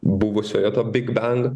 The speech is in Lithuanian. buvusioje to bigbend